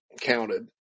counted